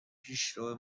پیشرو